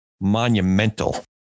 monumental